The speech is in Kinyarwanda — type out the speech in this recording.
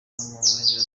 burengerazuba